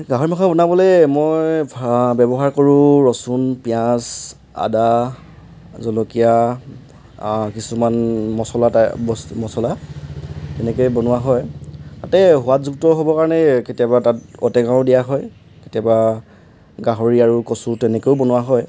গাহৰি মাংস বনাবলৈ মই ভা ব্যৱহাৰ কৰোঁ ৰচুন পিঁয়াজ আদা জলকীয়া কিছুমান মছলা টাইপ বস্তু মছলা তেনেকৈয়ে বনোৱা হয় তাতে সোৱাদযুক্ত হ'বৰ কাৰণে কেতিয়াবা তাত ঔটেঙাও দিয়া হয় কেতিয়াবা গাহৰি আৰু কচু তেনেকৈও বনোৱা হয়